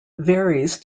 varies